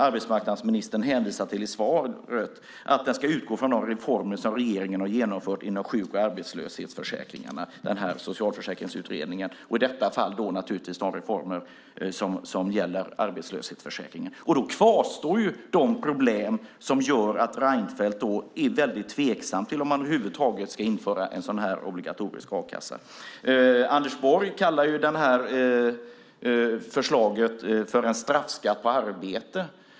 Arbetsmarknadsministern hänvisar också i svaret till att Socialförsäkringsutredningen ska utgå från de reformer som regeringen har genomfört inom sjuk och arbetslöshetsförsäkringarna. I detta fall handlar det naturligtvis om de reformer som gäller arbetslöshetsförsäkringen. Då kvarstår de problem som gör att Reinfeldt är tveksam till om man över huvud taget ska införa en obligatorisk a-kassa. Anders Borg kallar förslaget för en straffskatt på arbete.